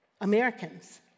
Americans